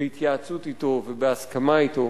בהתייעצות אתו ובהסכמה אתו.